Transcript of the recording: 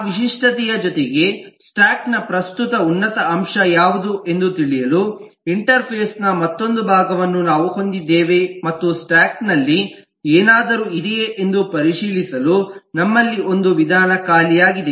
ಆ ವಿಶಿಷ್ಟತೆಯ ಜೊತೆಗೆ ಸ್ಟಾಕ್ ನ ಪ್ರಸ್ತುತ ಉನ್ನತ ಅಂಶ ಯಾವುದು ಎಂದು ತಿಳಿಯಲು ಇಂಟರ್ಫೇಸ್ ನ ಮತ್ತೊಂದು ಭಾಗವನ್ನು ನಾವು ಹೊಂದಿದ್ದೇವೆ ಮತ್ತು ಸ್ಟಾಕ್ ನಲ್ಲಿ ಏನಾದರೂ ಇದೆಯೇ ಎಂದು ಪರಿಶೀಲಿಸಲು ನಮ್ಮಲ್ಲಿ ಒಂದು ವಿಧಾನ ಖಾಲಿಯಾಗಿದೆ